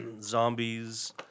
zombies